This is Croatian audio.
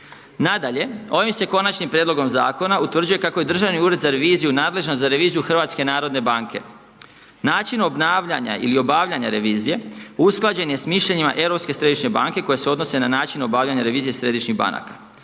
Nadalje, ovim se konačnim prijedlogom zakona, utvrđuje kako je Državni ured za reviziju, nadležan za reviziju Hrvatske narodne banke. Način obnavljanja ili obavljanja revizije, usklađen je s mišljenjem Europske središnje banke, koji se odnosi na način obavljanje revizije središnjih banaka.